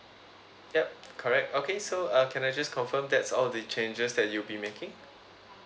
yup correct okay so uh can I just confirm that's all the changes that you'll be making